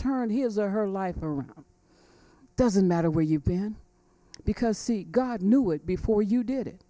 turn his or her life around doesn't matter where you've been because see god knew it before you did it